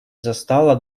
застала